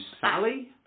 Sally